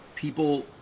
People